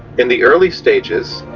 in the early stages,